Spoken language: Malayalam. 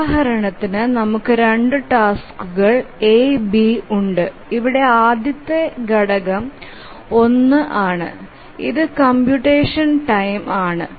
ഉദാഹരണത്തിന് നമുക്ക് 2 ടാസ്ക്കുകൾ A B ഉണ്ട് ഇവിടെ ആദ്യത്തെ ഘടകം 1 ആണ് ഇത് കംപ്യൂടെഷൻ ടൈം ആണ്